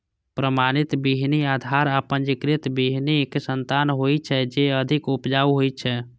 प्रमाणित बीहनि आधार आ पंजीकृत बीहनिक संतान होइ छै, जे अधिक उपजाऊ होइ छै